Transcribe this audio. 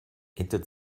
ändert